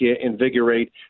invigorate